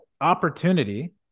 opportunity